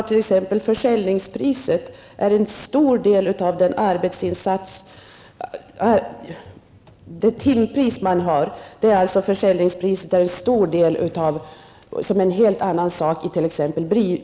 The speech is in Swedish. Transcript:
I denna bransch utgörs försäljningspriset i större utsträckning än i t.ex.